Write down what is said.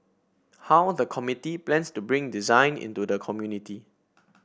how the committee plans to bring design into the community